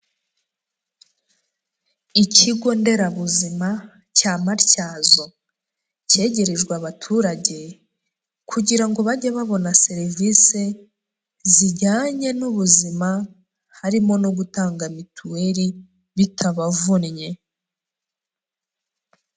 Ikigo nderabuzima cya Matyazo, cyegerejwe abaturage kugira ngo bajye babona serivisi zijyanye n'ubuzima, harimo no gutanga mituweli bitabavunnye.